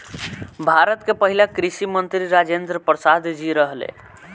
भारत के पहिला कृषि मंत्री राजेंद्र प्रसाद जी रहले